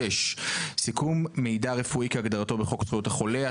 (6)סיכום מידע רפואי כהגדרתו בחוק זכויות החולה,